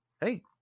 Hey